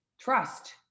trust